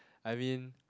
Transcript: I mean